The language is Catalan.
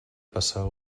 passar